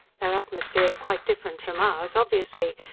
their atmosphere's quite different from ours obviously!